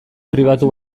pribatu